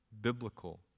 biblical